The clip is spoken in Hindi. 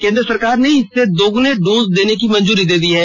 केंद्र सरकार ने इससे दोगुने डोज देने को मंजूरी दी है